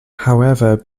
however